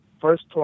first